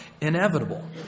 inevitable